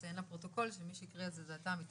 אציין לפרוטוקול שמי שהקריאה זו הייתה המתמחה